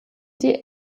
die